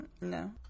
No